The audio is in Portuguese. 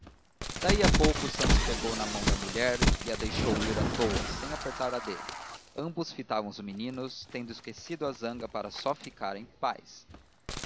daí a pouco santos pegou na mão da mulher que a deixou ir à toa sem apertar a dele ambos fitavam os meninos tendo esquecido a zanga para só ficarem pais